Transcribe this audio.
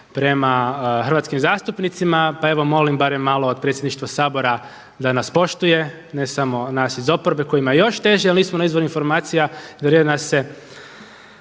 prema hrvatskim zastupnicima pa evo molim barem malo od predsjedništva Sabora da nas poštuje ne samo nas iz oporbe kojima je još teže jer nismo na izvoru informacija … Nadalje, nešto